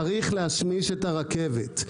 צריך להשמיש את הרכבת.